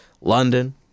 London